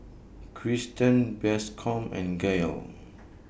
Cristen Bascom and Gael